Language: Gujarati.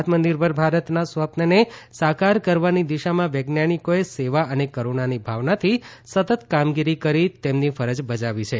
આત્મનિર્ભર ભારતના સ્વપ્નને સાકાર કરવાની દિશામાં વૈજ્ઞાનિકોએ સેવા અને કરૂણાની ભાવનાથી સતત કામગીરી કરી તેમની ફરજ બજાવી છે